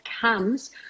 comes